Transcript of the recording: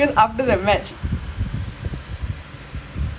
if the thing that punch him that go right the momemtum would've shifted lah